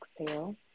exhale